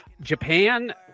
Japan